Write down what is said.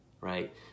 right